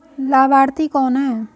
लाभार्थी कौन है?